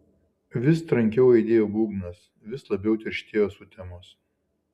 vis trankiau aidėjo būgnas vis labiau tirštėjo sutemos